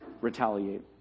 retaliate